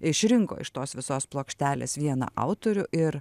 išrinko iš tos visos plokštelės vieną autorių ir